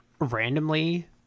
randomly